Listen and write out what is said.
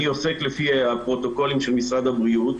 אני עושה לפי הפרוטוקולים של משרד הבריאות,